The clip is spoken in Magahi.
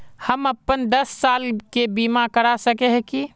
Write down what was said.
हम अपन दस साल के बीमा करा सके है की?